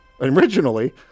originally